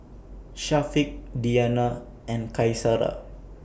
Syafiq Diyana and Qaisara